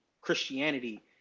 Christianity